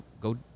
go